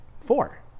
four